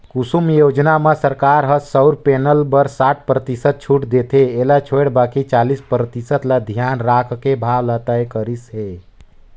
कुसुम योजना म सरकार ह सउर पेनल बर साठ परतिसत छूट देथे एला छोयड़ बाकि चालीस परतिसत ल धियान राखके भाव ल तय करिस हे